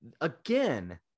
again